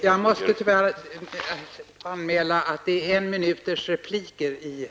Jag måste tyvärr påpeka att replikerna får omfatta högst en minut.